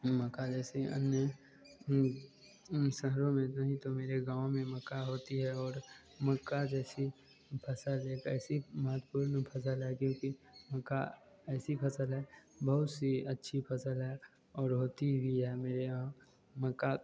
मक्का जैसी अन्य शहरों में कहीं तो मेरे गाँव में मक्का होता है और मक्के जैसी फ़सल एक ऐसी महत्वपूर्ण फ़सल है क्योंकि मक्का ऐसी फ़सल है बहुत सी अच्छी फ़सल है और होती भी है मेरे यहाँ मक्का